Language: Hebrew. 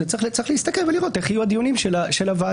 זה צריך ל הסתכל ולראות איך יהיו הדיונים של הוועדה.